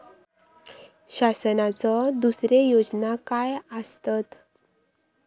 शासनाचो दुसरे योजना काय आसतत?